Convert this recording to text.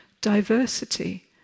diversity